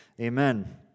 Amen